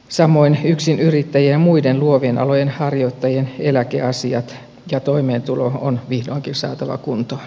samoin yksinyrittäjien ja muiden luovien alojen harjoittajien eläkeasiat ja toimeentulo on vihdoinkin saatava kuntoon